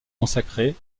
consacrée